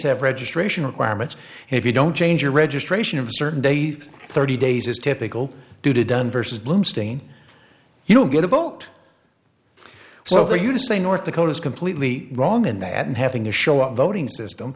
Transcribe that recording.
have registration requirements if you don't change your registration of certain days thirty days is typical due to dun versus blue stain you don't get a vote so for you to say north dakota is completely wrong in that and having to show up voting system